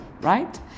Right